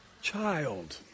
child